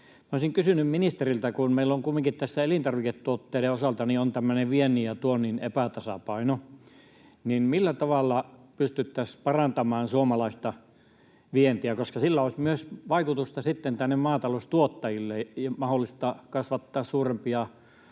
Olisin kysynyt ministeriltä, kun meillä kumminkin elintarviketuotteiden osalta on tämmöinen viennin ja tuonnin epätasapaino, millä tavalla pysyttäisiin parantamaan suomalaista vientiä? Sillä olisi vaikutusta sitten myös tänne maataloustuottajille: mahdollista kasvattaa suurempaa